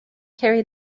carry